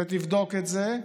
ותבדוק את זה,